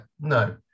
no